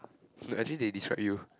no as if they describe you